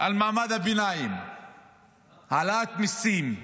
על מעמד הביניים, העלאת מיסים,